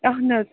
اَہن حظ